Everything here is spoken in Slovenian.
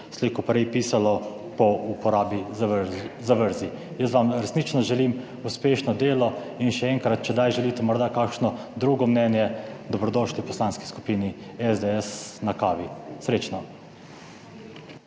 slej ko prej pisalo, po uporabi zavrzi. Jaz vam resnično želim uspešno delo in še enkrat, če kdaj želite morda kakšno drugo mnenje? Dobrodošli v Poslanski skupini SDS na kavi. Srečno!